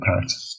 impact